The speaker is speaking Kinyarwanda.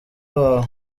wawe